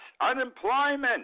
unemployment